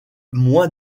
moins